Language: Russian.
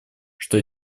что